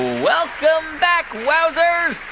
welcome back, wowzers.